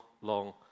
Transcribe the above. long